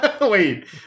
Wait